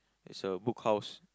it's a Book House